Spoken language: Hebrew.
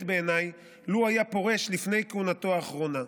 בעיניי לו היה פורש לפני כהונתו האחרונה.